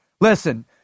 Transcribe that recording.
Listen